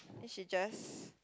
then she just